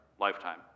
lifetime